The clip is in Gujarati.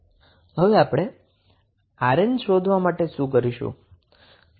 હવે આપણે 𝑅𝑁 શોધવા માટે શું કરીશું